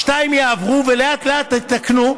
שתיים יעברו, ולאט-לאט תתקנו.